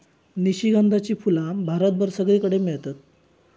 निशिगंधाची फुला भारतभर सगळीकडे मेळतत